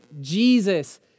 Jesus